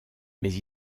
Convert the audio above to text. mais